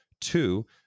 Two